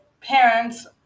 parents